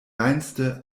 reinste